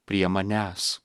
prie manęs